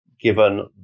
given